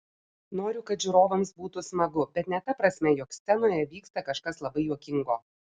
noriu kad žiūrovams būtų smagu bet ne ta prasme jog scenoje vyksta kažkas labai juokingo